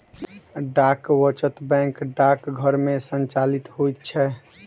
डाक वचत बैंक डाकघर मे संचालित होइत छै